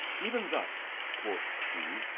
even thus, quoth she,